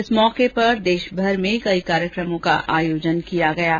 इस अवसर पर देशभर में कई कार्यक्रमों का आयोजन किया जा रहा है